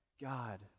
God